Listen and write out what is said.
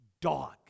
dog